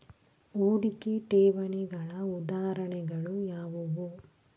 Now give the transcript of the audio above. ಹೂಡಿಕೆ ಠೇವಣಿಗಳ ಉದಾಹರಣೆಗಳು ಯಾವುವು?